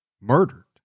murdered